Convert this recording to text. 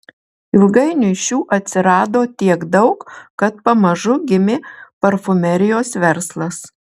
ilgainiui šių atsirado tiek daug kad pamažu gimė parfumerijos verslas